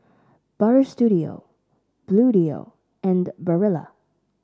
Butter Studio Bluedio and Barilla